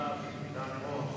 בפגישה שנקבעה מראש